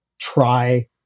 try